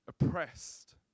oppressed